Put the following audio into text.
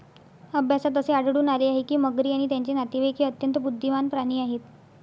अभ्यासात असे आढळून आले आहे की मगरी आणि त्यांचे नातेवाईक हे अत्यंत बुद्धिमान प्राणी आहेत